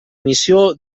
missió